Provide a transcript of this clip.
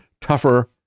tougher